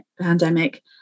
pandemic